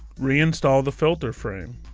reinstall the filter frame.